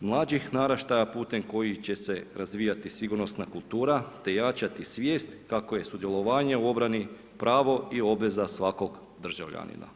mlađih naraštaja putem kojih će se razvijati sigurnosna kultura, te jačati svijest kako je sudjelovanje u obrani pravo i obveza svakog državljanina.